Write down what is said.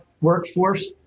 workforce